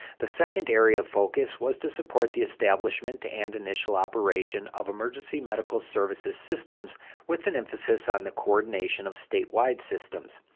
the second area of focus was to support the establishment and initial operation of emergency medical services systems, with an emphasis on the coordination of statewide systems.